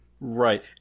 Right